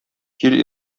кил